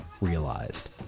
realized